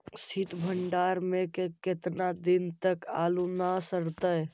सित भंडार में के केतना दिन तक आलू न सड़तै?